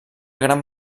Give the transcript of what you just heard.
gran